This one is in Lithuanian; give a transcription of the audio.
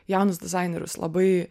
jaunus dizainerius labai